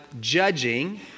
judging